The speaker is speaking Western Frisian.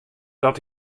dat